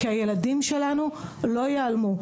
כי הילדים שלנו לא ייעלמו.